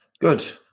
Good